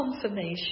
confirmation